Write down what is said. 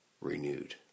renewed